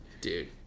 Dude